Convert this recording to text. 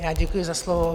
Já děkuji za slovo.